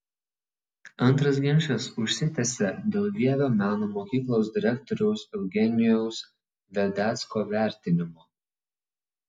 antras ginčas užsitęsė dėl vievio meno mokyklos direktoriaus eugenijaus vedecko vertinimo